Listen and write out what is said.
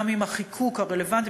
גם אם החיקוק הרלוונטי,